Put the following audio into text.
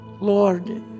Lord